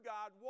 God